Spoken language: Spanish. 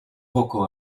poco